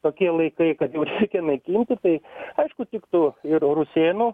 tokie laikai kad jau reikia naikinti tai aišku tiktų ir rusėnų